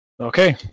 Okay